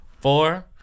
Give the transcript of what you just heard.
Four